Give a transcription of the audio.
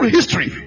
history